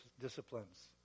disciplines